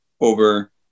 over